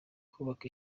kubaka